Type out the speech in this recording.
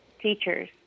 teachers